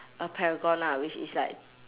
a paragon ah which is like